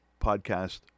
Podcast